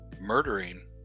murdering